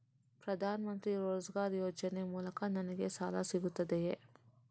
ಪ್ರದಾನ್ ಮಂತ್ರಿ ರೋಜ್ಗರ್ ಯೋಜನೆ ಮೂಲಕ ನನ್ಗೆ ಸಾಲ ಸಿಗುತ್ತದೆಯೇ?